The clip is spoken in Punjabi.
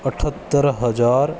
ਅਠਹੱਤਰ ਹਜ਼ਾਰ